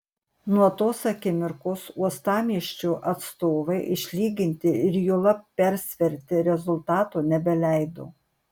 nuo tos akimirkos uostamiesčio atstovai išlyginti ir juolab persverti rezultato nebeleido